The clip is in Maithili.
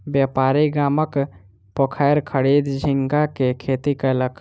व्यापारी गामक पोखैर खरीद झींगा के खेती कयलक